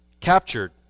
Captured